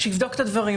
שיבדוק את הדברים.